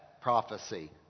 prophecy